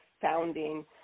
founding